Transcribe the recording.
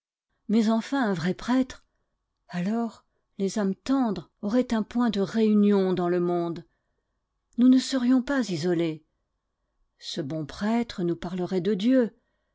mais enfin un vrai prêtre alors les âmes tendres auraient un point de réunion dans le monde nous ne serions pas isolés ce bon prêtre nous parlerait de dieu